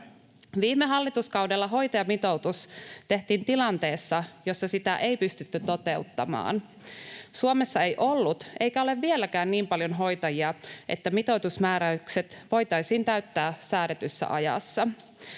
Viime hallituskaudella hoitajamitoitus tehtiin tilanteessa, jossa sitä ei pystytty toteuttamaan. Suomessa ei ollut eikä ole vieläkään niin paljon hoitajia, että mitoitusmääräykset voitaisiin täyttää säädetyssä ajassa.